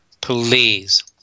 please